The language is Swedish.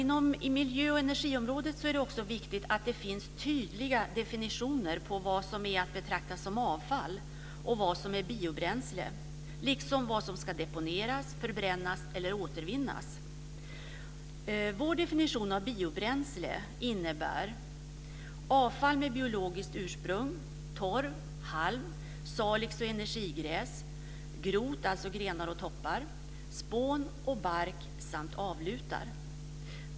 Inom miljö och energiområdet är det också viktigt att det finns tydliga definitioner på vad som är att betrakta som avfall och vad som är biobränsle, liksom på vad som ska deponeras, förbrännas eller återvinnas. Vår definition av biobränsle innebär avfall med biologiskt ursprung, torv, halm, salix och energigräs, grot, dvs. grenar och toppar, spån och bark samt avlutar.